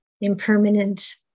impermanent